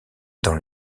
dans